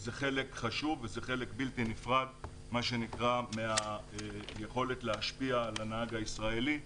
זה חלק חשוב וזה חלק בלתי נפרד מהיכולת להשפיע על הנהג הישראלי.